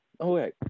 Okay